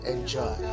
Enjoy